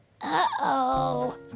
Uh-oh